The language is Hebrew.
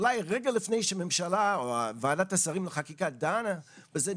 אולי רגע לפני שהממשלה או ועדת השרים לחקיקה דנה בזה,